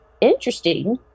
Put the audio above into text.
interesting